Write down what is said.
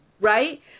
right